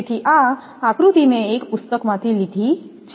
તેથી આ આકૃતિ મેં એક પુસ્તકમાંથી લીધી છે